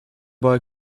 boy